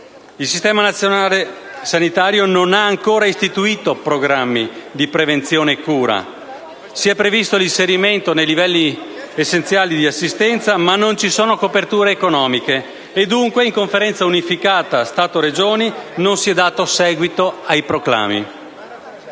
sanitario nazionale non ha ancora istituito programmi di prevenzione e cura. Si è previsto l'inserimento nei livelli essenziali di assistenza, ma non ci sono coperture economiche e dunque in Conferenza unificata Stato-Regioni non si è dato seguito ai proclami.